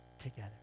together